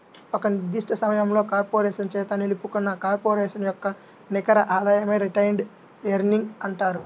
ఒక నిర్దిష్ట సమయంలో కార్పొరేషన్ చేత నిలుపుకున్న కార్పొరేషన్ యొక్క నికర ఆదాయమే రిటైన్డ్ ఎర్నింగ్స్ అంటారు